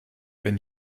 wenn